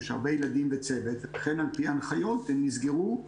יש הרבה ילדים וצוות ולכן על פי ההנחיות הם נסגרו,